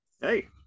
Hey